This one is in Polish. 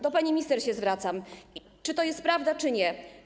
Do pani minister się zwracam: Czy to jest prawda, czy nie?